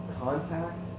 contact